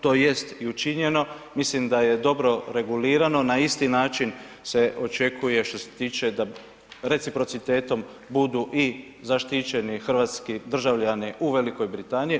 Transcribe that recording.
To jest i učinjeno, mislim da je dobro regulirano, na isti način se očekuje, što se tiče da reciprocitetom budu i zaštićeni hrvatska državljani u Velikoj Britaniji.